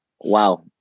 Wow